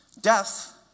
Death